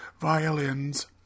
violins